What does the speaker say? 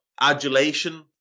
adulation